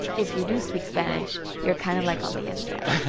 if you do speak spanish, you're kind of like on the inside.